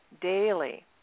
daily